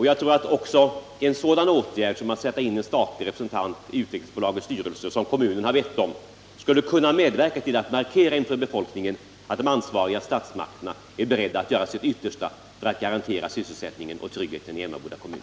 Jag tror att även en sådan åtgärd som att sätta in en representant i Utvecklingsaktiebolagets styrelse, vilket kommunen bett om, skulle kunna medverka till att markera inför befolkningen att de ansvariga statsmakterna är beredda att göra sitt yttersta för att garantera sysselsättningen och tryggheten i Emmaboda kommun.